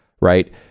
Right